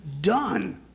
done